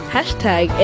Hashtag